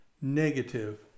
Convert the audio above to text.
negative